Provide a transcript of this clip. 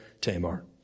Tamar